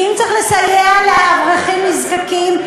כי אם צריך לסייע לאברכים נזקקים,